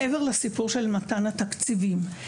מעבר לסיפור של מתן התקציבים.